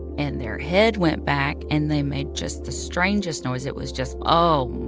and their head went back. and they made just the strangest noise. it was just, oh,